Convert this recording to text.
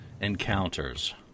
encounters